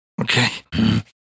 Okay